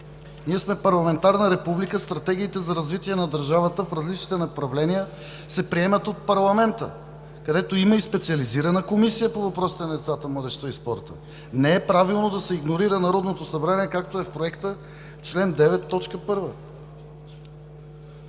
Ние сме парламентарна република, стратегиите за развитие на държавата в различните направления се приемат от парламента, където има и специализирана Комисия по въпросите на децата, младежта и спорта. Не е правилно да се игнорира Народното събрание, както е в Проекта в чл.